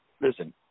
listen